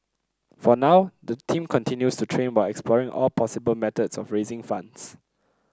for now the team continues to train while exploring all possible methods of raising funds